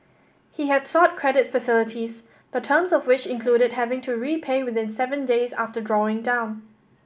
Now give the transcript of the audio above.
he had sought credit facilities the terms of which included having to repay within seven days of drawing down